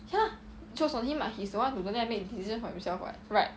你看啦 chose on him lah he's the one who don't dare to make the decision for himself [what] right